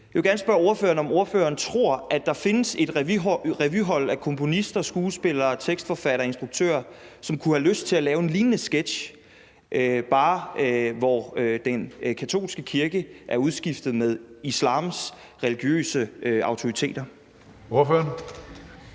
Jeg vil gerne spørge ordføreren, om ordføreren tror, at der findes et hold af komponister, skuespillere, tekstforfattere og instruktører, som kunne have lyst til at lave en lignende sketch, bare hvor den katolske kirke er udskiftet med islams religiøse autoriteter. Kl.